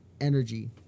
energy